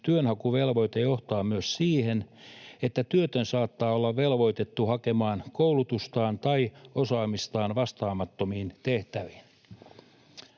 työnhakuvelvoite johtaa myös siihen, että työtön saattaa olla velvoitettu hakemaan koulutustaan tai osaamistaan vastaamattomiin tehtäviin.